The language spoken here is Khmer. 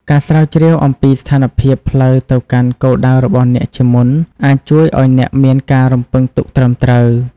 ការស្រាវជ្រាវអំពីស្ថានភាពផ្លូវទៅកាន់គោលដៅរបស់អ្នកជាមុន អាចជួយឱ្យអ្នកមានការរំពឹងទុកត្រឹមត្រូវ។